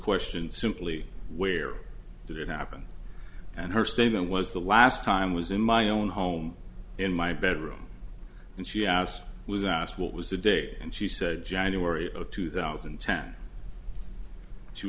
question simply where did it happen and her statement was the last time was in my own home in my bedroom and she asked was asked what was the date and she said january of two thousand